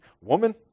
Woman